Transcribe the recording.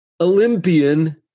Olympian